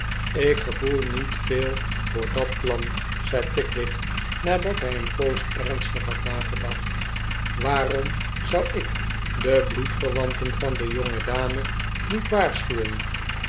ik gevoel niet veel voor dat plan zei pickwick nadat hij een poos ernstig had nagedacht waarom zou ik de bloedverwanten van die jongedame niet waarschuwen